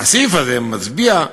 הסעיף הזה מצביע,